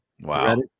Wow